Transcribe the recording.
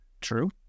true